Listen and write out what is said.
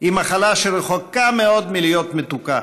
היא מחלה שרחוקה מאוד מלהיות מתוקה.